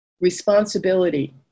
responsibility